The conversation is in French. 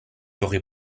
aurait